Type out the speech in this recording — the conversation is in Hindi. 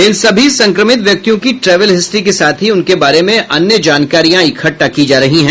इन सभी संक्रमित व्यक्तियों की ट्रैवल हिस्ट्री के साथ ही उनके बारे में अन्य जानकारियां इकट्टा की जा रही हैं